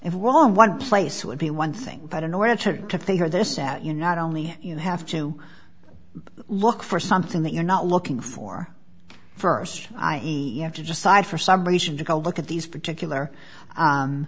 and wrong one place would be one thing but in order to figure this out you not only you have to look for something that you're not looking for first i e you have to decide for some reason to look at these particular